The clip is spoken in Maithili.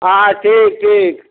हँ ठीक ठीक